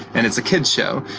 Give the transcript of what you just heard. and it's a kid show,